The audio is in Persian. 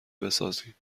بسازیم